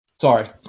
Sorry